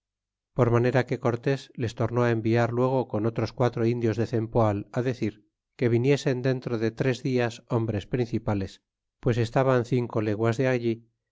por manera que cortes les tornó enviar luego con otros guaico indios de cempoal decir que viniesen dentro de tres días hombres principales pues estaban cinco leguas de allí